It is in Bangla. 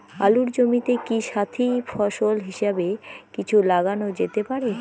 আলুর জমিতে কি সাথি ফসল হিসাবে কিছু লাগানো যেতে পারে?